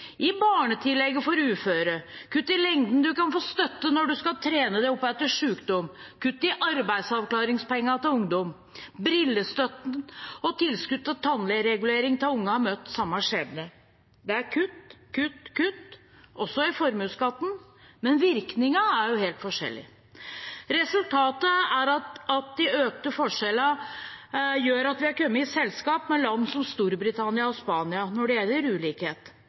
i barnetillegget for uføre, kutt i lengden en kan få støtte når en skal trene seg opp etter sykdom, kutt i arbeidsavklaringspenger til ungdom, brillestøtte og tilskudd til tannregulering til unger har møtt samme skjebne. Det er kutt, kutt, kutt – også i formuesskatten, men virkningen er jo helt forskjellig. Resultatet er at de økte forskjellene gjør at vi er kommet i selskap med land som Storbritannia og Spania når det gjelder ulikhet.